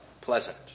pleasant